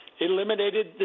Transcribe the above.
eliminated